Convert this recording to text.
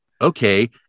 okay